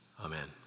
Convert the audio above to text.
Amen